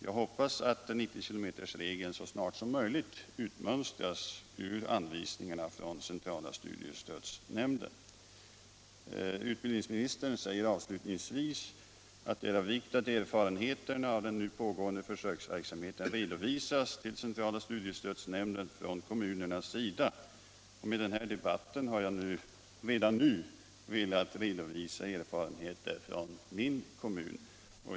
Jag hoppas att 90 km-regeln så snart som möjligt utmönstras ur anvisningarna för centrala studiestödsnämnden. Utbildningsministern säger avslutningsvis att ”det är av vikt att er farenheterna av den nu pågående försöksverksamheten redovisas till centrala studiestödsnämnden från kommunernas sida”. Med den här debatten har jag redan nu velat redovisa erfarenheter från min kommun.